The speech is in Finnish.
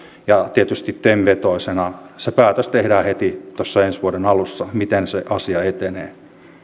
ja tietysti tem vetoisena se päätös tehdään heti tässä ensi vuoden alussa miten se asia etenee